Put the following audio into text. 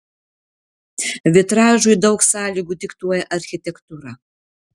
vitražui daug sąlygų diktuoja architektūra